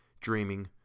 dreaming